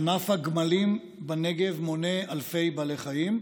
ענף הגמלים בנגב מונה אלפי בעלי חיים.